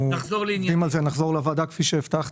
אנחנו עובדים על זה, נחזור לוועדה כפי שהבטחתי.